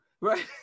right